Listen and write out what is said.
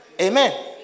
Amen